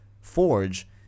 Forge